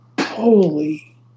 holy